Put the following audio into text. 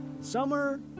Summer